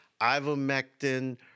Ivermectin